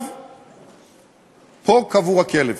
פה קבור הכלב.